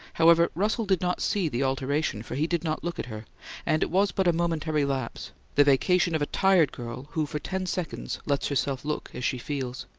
however, russell did not see the alteration, for he did not look at her and it was but a momentary lapse the vacation of a tired girl, who for ten seconds lets herself look as she feels.